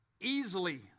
easily